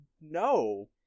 no